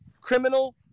criminal